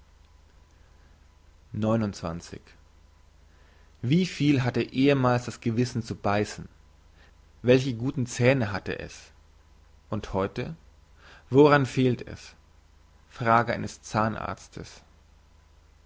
wie viel hatte ehemals das gewissen zu beissen welche guten zähne hatte es und heute woran fehlt es frage eines zahnarztes